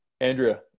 Andrea